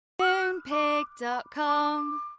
Moonpig.com